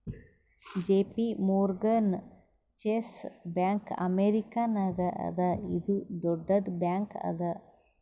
JP Morgan Chase bank ಅಮೇರಿಕಾನಾಗ್ ಅದಾ ಇದು ದೊಡ್ಡುದ್ ಬ್ಯಾಂಕ್ ಅದಾ